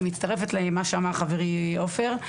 אני מצטרפת למה שאמר חברי עופר,